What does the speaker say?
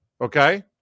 Okay